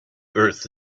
earth